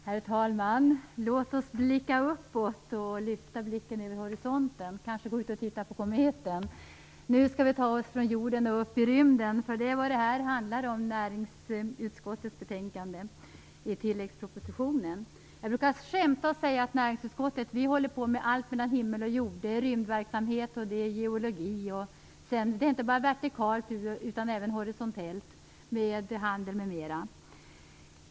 Herr talman! Låt oss blicka uppåt och lyfta blicken över horisonten och kanske gå ut och titta på kometen! Nu skall vi ta oss från jorden upp i rymden, för det är vad näringsutskottets betänkande avseende tilläggspropositionen handlar om. Jag brukar skämtsamt säga att vi i näringsutskottet håller på med allt mellan himmel och jord: rymdverksamhet, geologi - inte bara vertikalt utan även horisontellt - handel m.m.